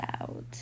out